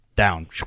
down